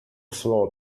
floor